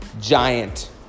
giant